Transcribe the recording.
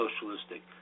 socialistic